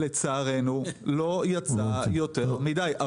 לצערנו, לא יצא יותר מדי.